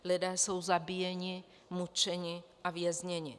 Lidé jsou zabíjeni, mučeni a vězněni.